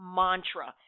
mantra